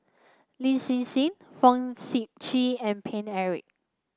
Lin Hsin Hsin Fong Sip Chee and Paine Eric